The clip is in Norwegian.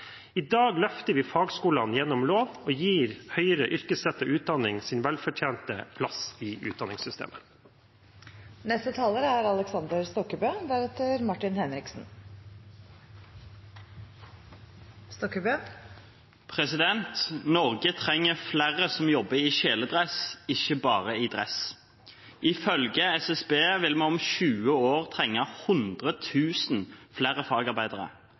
I dag løfter vi fagskolene gjennom lov og gir høyere yrkesrettet utdanning dens velfortjente plass i utdanningssystemet. Norge trenger flere som jobber i kjeledress, ikke bare i dress. Ifølge SSB vil vi om 20 år trenge 100 000 flere fagarbeidere.